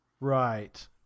Right